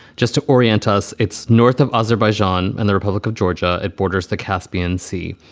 just to orient us, it's north of azerbaijan and the republic of georgia. it borders the caspian sea.